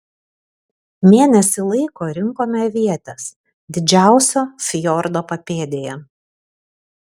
mėnesį laiko rinkome avietes didžiausio fjordo papėdėje